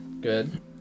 good